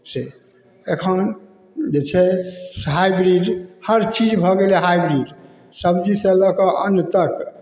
से एखन जे छै से हाइब्रिड हर चीज भऽ गेलै हाइब्रिड सब्जीसँ लऽ कऽ अन्न तक